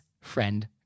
friend